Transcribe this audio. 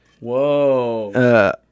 Whoa